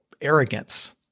arrogance